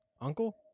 Uncle